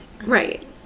Right